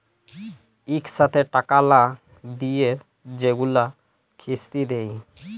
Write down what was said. ইকসাথে টাকা লা দিঁয়ে যেগুলা কিস্তি দেয়